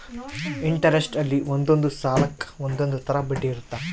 interest ಅಲ್ಲಿ ಒಂದೊಂದ್ ಸಾಲಕ್ಕ ಒಂದೊಂದ್ ತರ ಬಡ್ಡಿ ಇರುತ್ತ